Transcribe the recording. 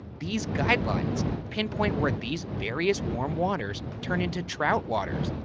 these guidelines pinpoint where these various warm waters turn into trout waters,